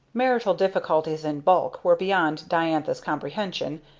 marital difficulties in bulk were beyond diantha's comprehension,